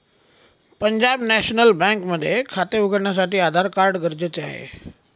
Punjab national bank मध्ये खाते उघडण्यासाठी आधार कार्ड गरजेचे आहे